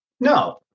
No